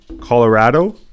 Colorado